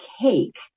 cake